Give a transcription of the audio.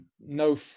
no